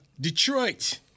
Detroit